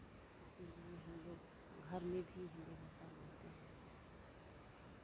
इसीलिए हम लोग घर में भी हिन्दी भाषा बोलते हैं